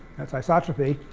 that's isotropy,